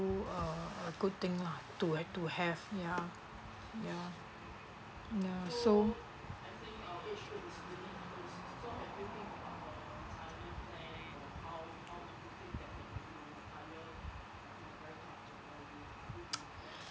uh a good thing lah to to have ya ya ya so